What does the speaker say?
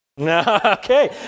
Okay